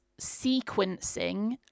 sequencing